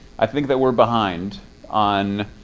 i think that we're behind on